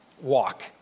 walk